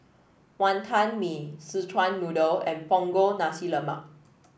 Wantan Mee Szechuan Noodle and Punggol Nasi Lemak